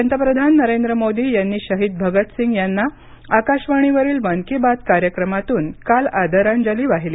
पंतप्रधान नरेंद्र मोदी यांनी शहीद भगतसिंग यांना आकाशवाणीवरील मन की बात कार्यक्रमातून काल आदरांजली वाहिली